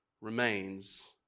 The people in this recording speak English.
remains